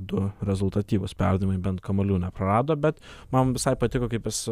du rezultatyvūs perdavimai bent kamuolių neprarado bet man visai patiko kaip jis